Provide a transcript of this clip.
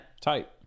Tight